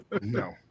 No